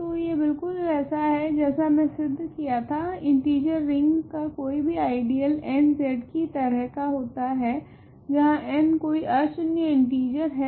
तो यह बिलकुल वैसा है जैसा मैं सिद्ध किया था इंटीजर रिंग का कोई भी आइडियल nZ की तरह का होता है जहां n कोई अशून्य इंटीजर है